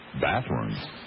bathrooms